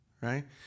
right